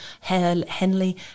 henley